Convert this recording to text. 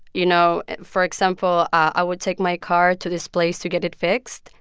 you know for example, i would take my car to this place to get it fixed,